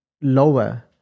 lower